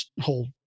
whole